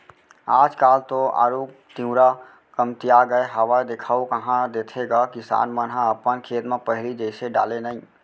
आज काल तो आरूग तिंवरा कमतिया गय हावय देखाउ कहॉं देथे गा किसान मन ह अपन खेत म पहिली जइसे डाले नइ